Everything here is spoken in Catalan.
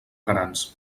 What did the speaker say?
grans